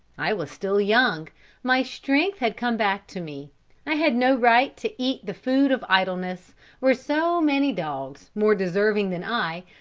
i was still young my strength had come back to me i had no right to eat the food of idleness where so many dogs, more deserving than i,